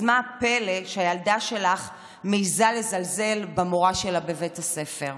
אז מה פלא שהילדה שלך מעיזה לזלזל במורה שלה בבית הספר?